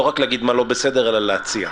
לא רק להגיד מה לא בסדר אלא להציע.